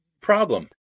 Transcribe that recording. problem